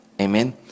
Amen